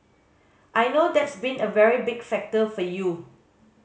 I know that's been a very big factor for you